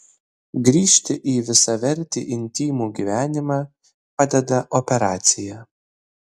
grįžti į visavertį intymų gyvenimą padeda operacija